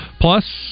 Plus